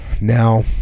Now